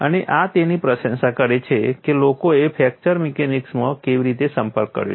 અને આ તેની પ્રશંસા કરે છે કે લોકોએ ફ્રેક્ચર મિકેનિક્સમાં કેવી રીતે સંપર્ક કર્યો છે